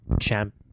champ